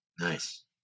nice